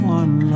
one